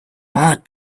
hard